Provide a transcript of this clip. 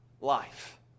life